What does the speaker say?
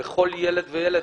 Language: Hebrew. בכל ילד וילד.